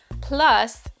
plus